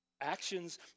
Actions